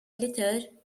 letter